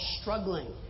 struggling